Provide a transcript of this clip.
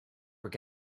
were